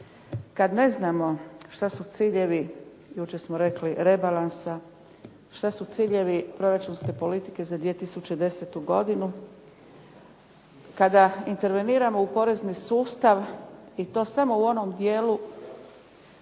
kada ne znamo što su ciljevi jučer smo rekli rebalansa, što su ciljevi proračunske politike za 2010. godinu, kada interveniramo u porezni sustav i to samo u onom dijelu